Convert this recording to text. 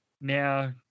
Now